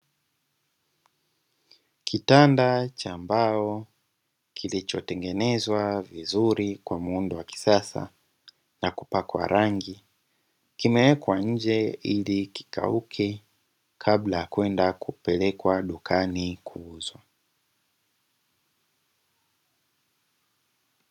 Kitanda cha mbao kilichotengenezwa vizuri kwa muundo wa kisasa na kupakwa rangi, kimewekwa nje ili kikauke kabla ya kwenda kupelekwa dukani kuuzwa.